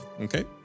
Okay